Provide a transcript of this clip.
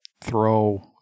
throw